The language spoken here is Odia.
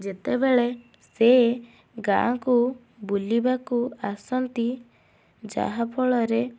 ଯେତେବେଳେ ସେ ଗାଁକୁ ବୁଲିବାକୁ ଆସନ୍ତି ଯାହାଫଳରେ